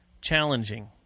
challenging